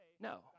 No